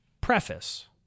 Preface